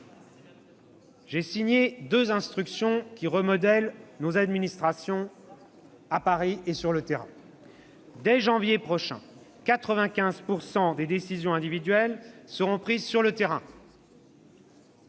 j'ai signé deux instructions qui remodèlent nos administrations, à Paris et sur le terrain. Dès janvier prochain, 95 % des décisions individuelles seront prises sur le terrain.